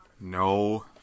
No